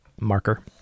marker